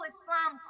Islam